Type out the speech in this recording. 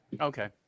Okay